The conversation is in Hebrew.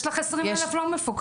יש לך 20,000 לא מפוקחים.